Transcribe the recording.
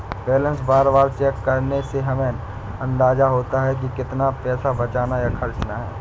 balance बार बार check करने से हमे अंदाज़ा होता है की कितना पैसा बचाना या खर्चना है